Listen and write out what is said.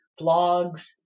blogs